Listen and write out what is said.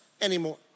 anymore